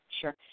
sure